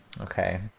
okay